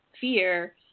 fear